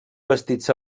bastits